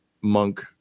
monk